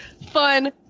Fun